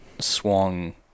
swung